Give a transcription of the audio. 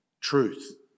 truth